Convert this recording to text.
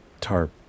tarp